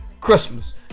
Christmas